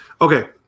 Okay